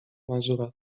mazura